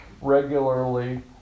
regularly